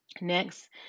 Next